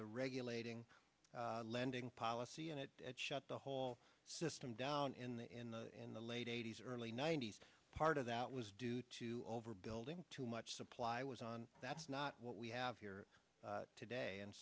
the regulating lending policy and it shut the whole system down in the in the in the late eighty's early ninety's part of that was due to overbuilding too much supply was on that's not what we have here today and